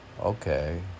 Okay